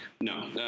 no